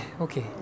Okay